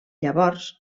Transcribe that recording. llavors